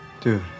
dude